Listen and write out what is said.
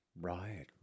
Right